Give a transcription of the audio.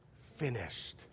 finished